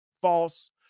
false